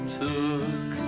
took